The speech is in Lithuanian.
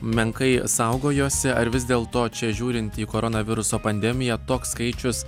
menkai saugojosi ar vis dėl to čia žiūrint į koronaviruso pandemiją toks skaičius